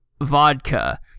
vodka